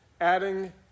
Adding